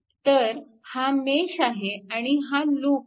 तर हा मेश आहे आणि हा लूप आहे